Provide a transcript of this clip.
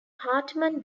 hartman